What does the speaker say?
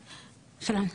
שלום,